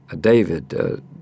David